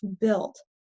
built